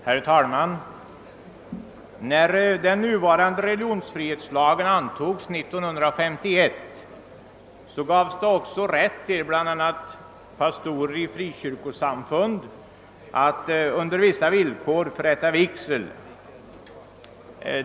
Herr talman! När den nuvarande religionsfrihetslagen antogs år 1951 gavs också rätt åt bl.a. pastorer i frikyrkosamfund att under vissa villkor förrätta vigsel.